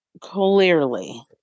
Clearly